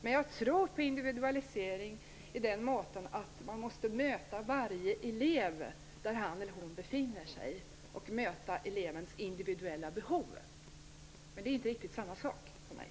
Men jag tror på individualisering på det sättet att man måste möta varje elev där han eller hon befinner sig och möta elevens individuella behov. Men det är inte riktigt samma sak för mig.